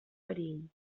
perill